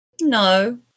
No